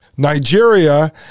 Nigeria